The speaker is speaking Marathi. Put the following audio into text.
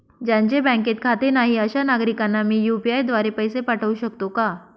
ज्यांचे बँकेत खाते नाही अशा नागरीकांना मी यू.पी.आय द्वारे पैसे पाठवू शकतो का?